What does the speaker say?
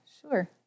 Sure